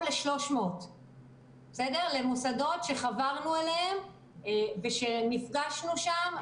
ל-300 מוסדות שחברנו אליהם ושנפגשנו שם,